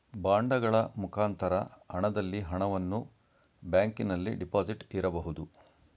ಬಾಂಡಗಳ ಮುಖಾಂತರ ಹಣದಲ್ಲಿ ಹಣವನ್ನು ಬ್ಯಾಂಕಿನಲ್ಲಿ ಡೆಪಾಸಿಟ್ ಇರಬಹುದು